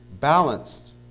balanced